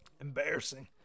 embarrassing